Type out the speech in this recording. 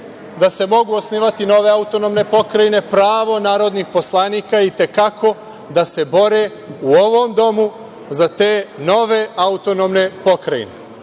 3. se mogu osnivati nove autonomne pokrajine, pravo narodnih poslanika je i te kako da se bore u ovom domu za te nove autonomne pokrajine. Prema